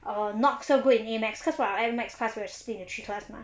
um not so good in A math cause our A math class is split into three class mah